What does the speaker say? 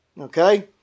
okay